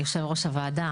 יושב ראש הוועדה,